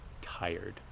tired